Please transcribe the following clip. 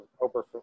over